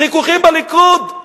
החיכוכים בליכוד?